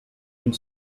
une